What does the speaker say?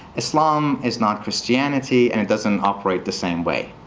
islam is not christianity. and it doesn't operate the same way.